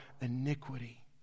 iniquity